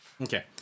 Okay